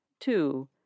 Two